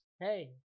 hey